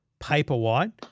Paperwhite